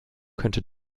könnte